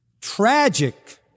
tragic